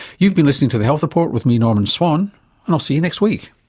you've been listening to the health report with me, norman swan, and i'll see you next week